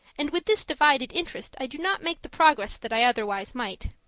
and with this divided interest i do not make the progress that i otherwise might.